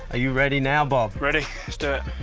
you ready now, bob? ready. let's do it.